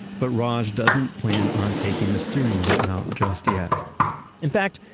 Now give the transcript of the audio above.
but raj doesn't plan on taking the steering wheel out just yet in fact,